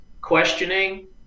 questioning